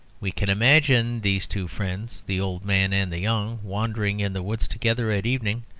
we can imagine these two friends, the old man and the young, wandering in the woods together at evening,